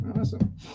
Awesome